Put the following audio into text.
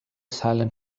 silent